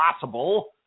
possible